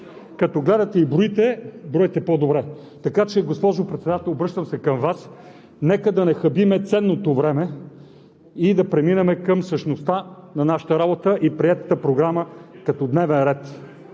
като гледате и броите, бройте по-добре. Така че, госпожо Председател, обръщам се към Вас, нека да не хабим ценното време и да преминем към същността на нашата работа и приетата програма като дневен ред.